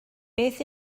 beth